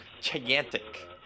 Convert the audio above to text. Gigantic